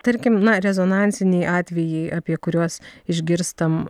tarkim na rezonansiniai atvejai apie kuriuos išgirstam